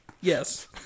Yes